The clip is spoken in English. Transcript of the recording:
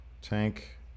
Tank